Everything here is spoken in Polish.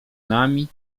nami